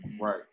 Right